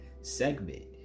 segment